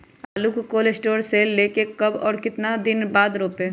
आलु को cold store से ले के कब और कितना दिन बाद रोपे?